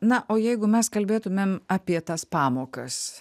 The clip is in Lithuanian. na o jeigu mes kalbėtumėm apie tas pamokas